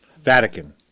Vatican